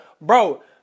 Bro